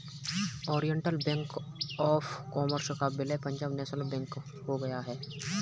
Oriental Bank of Commerce का विलय Punjab National Bank में हो गया है